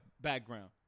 background